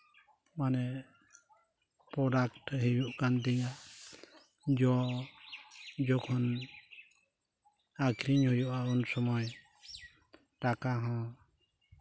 ᱢᱟᱱᱮ ᱯᱨᱚᱰᱟᱠᱴ ᱦᱤᱡᱩᱜ ᱠᱟᱱ ᱛᱤᱧᱟᱹ ᱡᱚ ᱡᱚᱠᱷᱚᱱ ᱟᱹᱠᱷᱨᱤᱧ ᱦᱩᱭᱩᱜᱼᱟ ᱩᱱ ᱥᱚᱢᱚᱭ ᱴᱟᱠᱟ ᱦᱚᱸ